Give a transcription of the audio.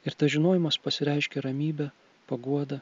ir tas žinojimas pasireiškia ramybe paguoda